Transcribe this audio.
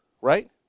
right